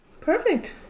perfect